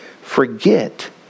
forget